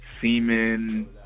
Semen